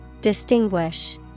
Distinguish